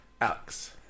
Alex